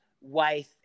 wife